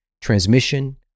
transmission